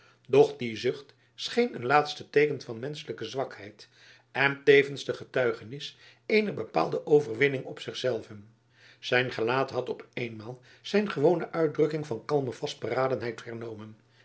doch die zucht scheen een laatste teeken van menschelijke zwakheid en tevens de getuigenis eener behaalde overwinning op zich zelven zijn gelaat had op eenmaal zijn gewone uitdrukking van kalme vastberadenheid hernomen